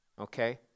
Okay